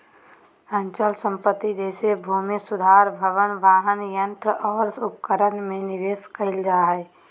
अचल संपत्ति जैसे भूमि सुधार भवन, वाहन, संयंत्र और उपकरण में निवेश कइल जा हइ